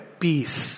peace